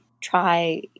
try